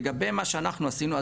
לגבי מה שאנחנו עשינו,